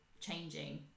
changing